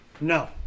No